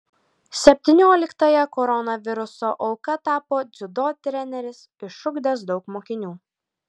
septynioliktąja koronaviruso auka tapo dziudo treneris išugdęs daug mokinių